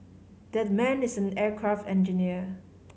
that man is an aircraft engineer